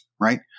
right